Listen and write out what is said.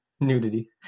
nudity